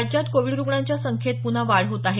राज्यात कोविड रुग्णांच्या संख्येत पुन्हा वाढ होत आहे